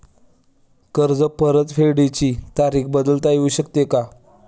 कर्ज परतफेडीची तारीख बदलता येऊ शकते का?